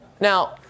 Now